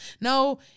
No